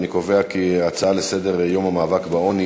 אני קובע כי ההצעות לסדר-היום בנושא ציון יום המאבק בעוני